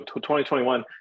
2021